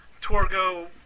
Torgo